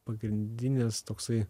pagrindinis toksai